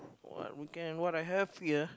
what we can what I have here